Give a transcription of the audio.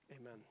Amen